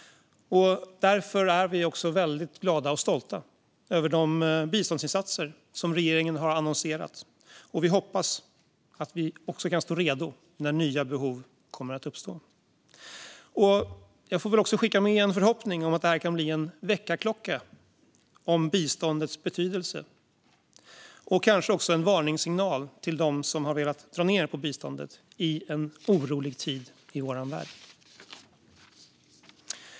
Därför är vi också väldigt glada och stolta över de biståndsinsatser som regeringen har annonserat, och vi hoppas att vi också kan stå redo när nya behov uppstår. Jag får väl också skicka med en förhoppning om att det här kan bli en väckarklocka om biståndets betydelse och kanske också en varningssignal till dem som har velat dra ned på biståndet i en orolig tid i vår värld.